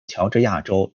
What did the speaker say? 乔治亚州